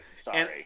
Sorry